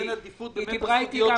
היא דיברה איתי.